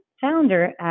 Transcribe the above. founder